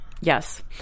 Yes